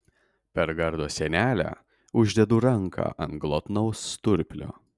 per gardo sienelę uždedu ranką ant glotnaus sturplio